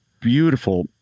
beautiful